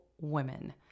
women